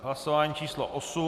Hlasování číslo 8.